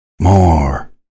more